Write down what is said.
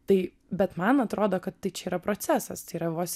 tai bet man atrodo kad tai čia yra procesas tai yra vos